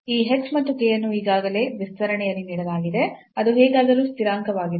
ಈ h ಮತ್ತು k ಅನ್ನು ಈಗಾಗಲೇ ವಿಸ್ತರಣೆಯಲ್ಲಿ ನೀಡಲಾಗಿದೆ ಅದು ಹೇಗಾದರೂ ಸ್ಥಿರಾಂಕವಾಗಿದೆ